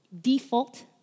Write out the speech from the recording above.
default